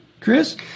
Chris